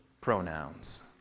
pronouns